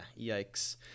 yikes